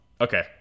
Okay